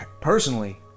personally